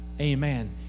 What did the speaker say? amen